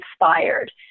inspired